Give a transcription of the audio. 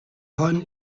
хойно